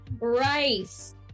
rice